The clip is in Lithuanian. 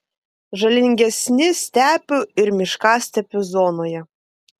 žalingesni stepių ir miškastepių zonoje